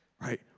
right